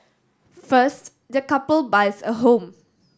first the couple buys a home